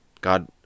God